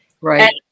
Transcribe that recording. Right